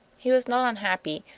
he was not unhappy,